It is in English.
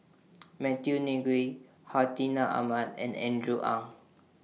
Matthew Ngui Hartinah Ahmad and Andrew Ang